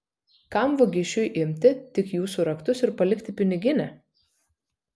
kam vagišiui imti tik jūsų raktus ir palikti piniginę